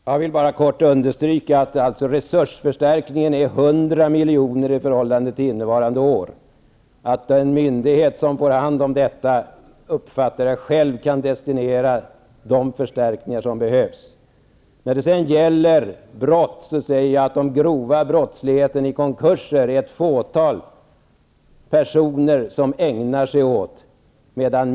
Herr talman! Jag vill bara kort understryka att resursförstärkningen uppgår till 100 milj.kr. i förhållande till läget innevarande år. Jag menar att de myndigheter som får detta själva kan destinera de förstärkningar som behövs. När det sedan gäller brott säger jag att det är ett fåtal personer som ägnar sig åt grov brottslighet i samband med konkurser.